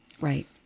Right